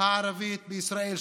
הערבית בישראל.